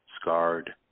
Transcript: Scarred